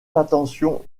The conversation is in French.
l’attention